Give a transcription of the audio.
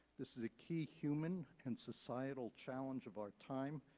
this is a key human and societal challenge of our time,